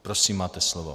Prosím, máte slovo.